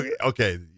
okay